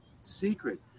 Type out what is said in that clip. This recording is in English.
secret